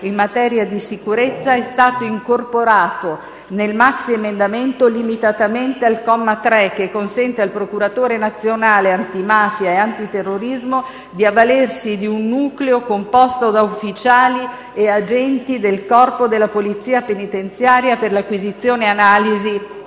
in materia di sicurezza è stato incorporato nel maxiemendamento, limitatamente al comma 3, che consente al procuratore nazionale antimafia e antiterrorismo di avvalersi di un nucleo composto da ufficiali e agenti del Corpo di polizia penitenziaria per l'acquisizione e l'analisi